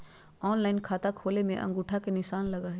Online खाता खोले में अंगूठा के निशान लगहई?